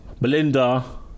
Belinda